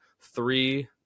three